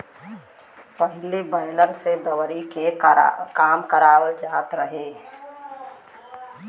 पहिले बैलन से दवरी के काम करवाबल जात रहे